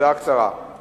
בעד, כן